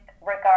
regard